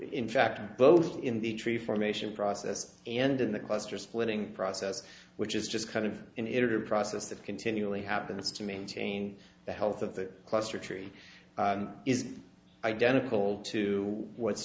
in fact both in the tree formation process and in the cluster splitting process which is just kind of an editor process that continually happens to maintain the health of the cluster tree is identical to what's